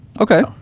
Okay